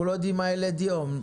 אנחנו לא יודעים מה יילד יום.